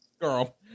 Girl